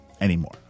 anymore